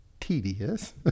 tedious